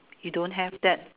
you don't have that